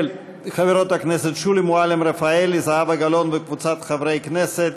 של חברות הכנסת שולי מועלם-רפאלי וזהבה גלאון וקבוצת חברי הכנסת.